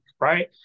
right